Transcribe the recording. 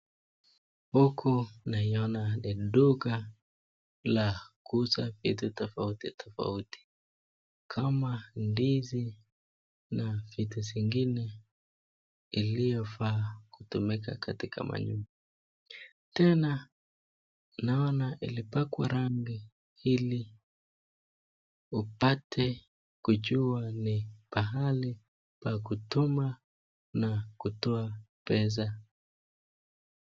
Huku naiona ni duka la kuuza vitu tofauti tofauti. Kama ndizi na vitu vingine iliyofaa kutumika katika manyumba. Tena naona ilipakwa rangi ili upate kujua ni pahali pa kutuma na kutoa pesa.